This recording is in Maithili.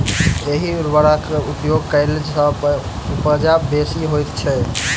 एहि उर्वरकक उपयोग कयला सॅ उपजा बेसी होइत छै